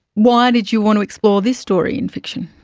why did you want to explore this story in fiction?